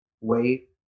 wait